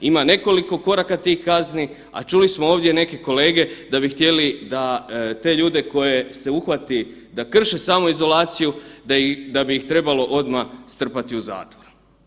Ima nekoliko koraka tih kazni, a čuli smo ovdje neke kolege da bi htjeli da te ljude koje se uhvati da krše samoizolaciju da bi ih trebalo odmah strpati u zatvor.